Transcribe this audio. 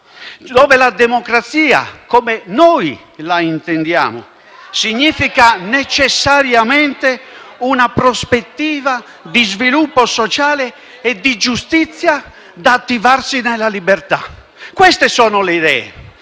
dove la democrazia, come noi la intendiamo, vuol dire necessariamente una prospettiva di sviluppo sociale e di giustizia da attivarsi nella libertà. *(Commenti dai